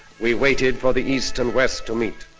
we waited for the east and west to meet.